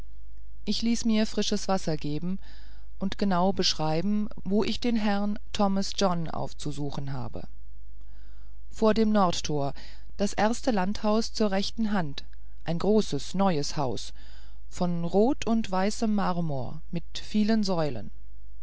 ich ließ mir frisches wasser geben und genau beschreiben wo ich den herrn thomas john aufzusuchen habe vor dem nordertor das erste landhaus zur rechten hand ein großes neues haus von rot und weißem marmor mit vielen säulen